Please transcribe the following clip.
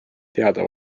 teada